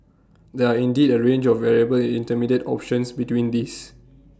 there are indeed A range of viable intermediate options between these